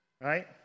right